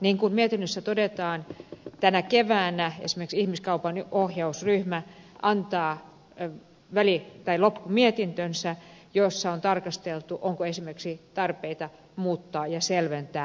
niin kuin mietinnössä todetaan tänä keväänä esimerkiksi ihmiskaupan ohjausryhmä antaa loppumietintönsä jossa on tarkasteltu onko esimerkiksi tarpeita muuttaa ja selventää lainsäädäntöä